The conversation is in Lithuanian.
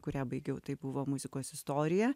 kurią baigiau tai buvo muzikos istorija